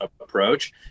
approach